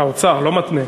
האוצר לא מתנה.